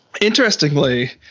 interestingly